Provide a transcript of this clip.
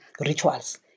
rituals